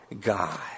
God